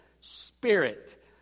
spirit